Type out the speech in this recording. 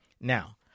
Now